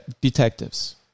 detectives